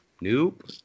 nope